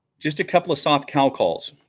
just a couple of soft cow calls